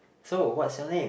so what's your name